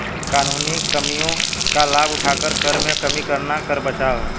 कानूनी कमियों का लाभ उठाकर कर में कमी करना कर बचाव है